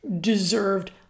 deserved